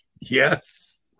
Yes